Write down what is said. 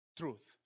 truth